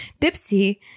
dipsy